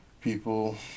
people